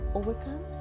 overcome